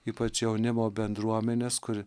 ypač jaunimo bendruomenės kur